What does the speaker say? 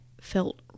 felt